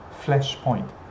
flashpoint